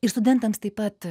ir studentams taip pat